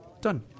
Done